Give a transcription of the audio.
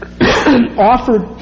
offered